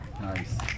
Nice